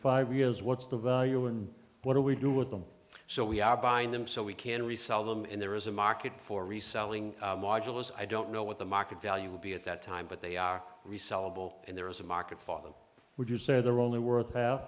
five years what's the value and what do we do with them so we are buying them so we can resell them and there is a market for reselling modulus i don't know what the market value will be at that time but they are resell a bowl and there is a market for them would you say they're only worth